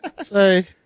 say